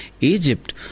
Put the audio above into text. Egypt